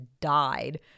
died